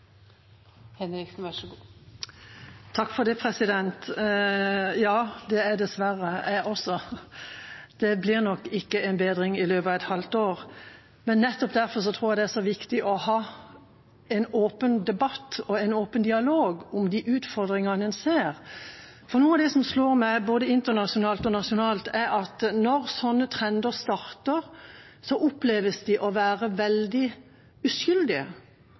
Ja, det er dessverre jeg også. Det blir nok ikke en bedring i løpet av et halvt år, men nettopp derfor tror jeg det er så viktig å ha en åpen debatt og en åpen dialog om de utfordringene en ser. Noe av det som slår meg, både internasjonalt og nasjonalt, er at når sånne trender starter, oppleves de å være veldig uskyldige.